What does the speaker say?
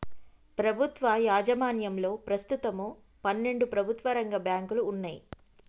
ప్రభుత్వ యాజమాన్యంలో ప్రస్తుతం పన్నెండు ప్రభుత్వ రంగ బ్యాంకులు వున్నయ్